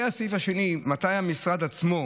לגבי הסעיף השני, מתי המשרד עצמו